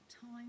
Time